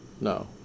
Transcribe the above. No